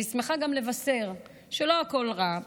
אני שמחה גם לבשר שלא הכול רע.